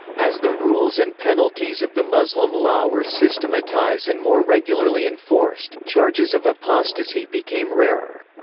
as the rules and penalties of the muslim law were systematized and more regularly enforced, charges of apostasy became rarer.